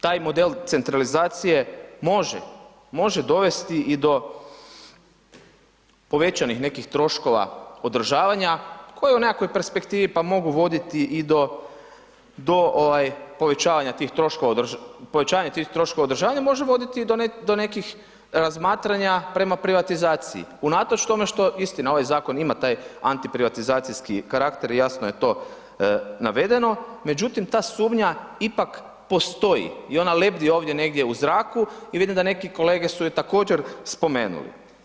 Taj model centralizacije može dovesti i do povećanih nekih troškova održavanja koji u nekakvoj perspektivi pa mogu voditi i do povećavanja tih troškova održavanja, može voditi i do nekih razmatranja prema privatizaciji unatoč tome što istina ovaj zakona taj antiprivatizacijski karakter i jasno je to navedeno, međutim ta sumnja ipak postoji i ona lebdi ovdje negdje u zraku i vidim da neki kolege su je također spomenuli.